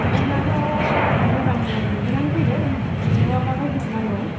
गथ'फोरनाथ' मोजां मोजां डिजाइनानो फैदों नोंनोबा माबायदिखौ नांगौ